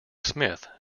smith